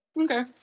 Okay